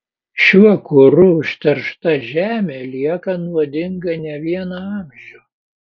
šiuo kuru užteršta žemė lieka nuodinga ne vieną amžių